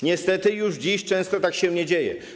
Niestety już dziś często tak się nie dzieje.